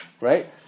Right